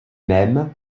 mêmes